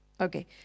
okay